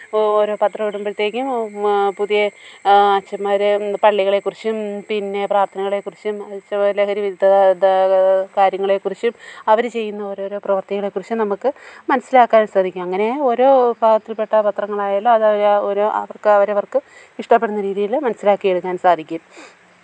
ഓരോ പത്രം ഇടുമ്പോഴത്തേക്കും പുതിയ അച്ചന്മാരേയും പള്ളികളേക്കുറിച്ചും പിന്നെ പ്രാര്ത്ഥനകളേക്കുറിച്ചും ലഹരിവിരുദ്ധ കാര്യങ്ങളെക്കുറിച്ചും അവർ ചെയ്യുന്ന ഓരോരോ പ്രവര്ത്തികളെക്കുറിച്ചും നമുക്ക് മനസ്സിലാക്കാന് സാധിക്കും അങ്ങനെ ഓരോ വിഭാഗത്തില്പ്പെട്ട പത്രങ്ങളായാലും അതവർ ആ ഓരോ അവര്ക്ക് അവരവര്ക്ക് ഇഷ്ടപ്പെടുന്ന രീതിയിൽ മനസ്സിലാക്കിയെടുക്കാന് സാധിക്കും